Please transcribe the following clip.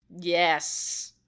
Yes